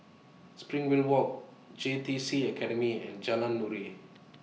Walk J T C Academy and Jalan Nuri